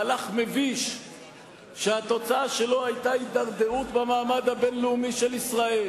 מהלך מביש שהתוצאה שלו היתה הידרדרות במעמד הבין-לאומי של ישראל,